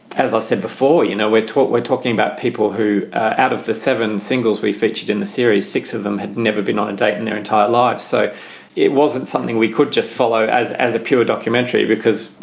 as i said before, you know, we're taught we're talking about people who are out of the seven singles we featured in the series, six of them had never been on a date in their entire life. so it wasn't something we could just follow as as a pure documentary because,